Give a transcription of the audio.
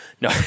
No